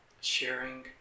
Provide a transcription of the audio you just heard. sharing